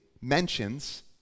mentions